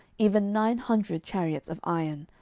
even nine hundred chariots of iron,